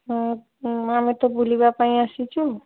ମୁଁ ମୁଁ ଆମେ ତ ବୁଲିବା ପାଇଁ ଆସିଛୁ